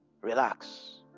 Relax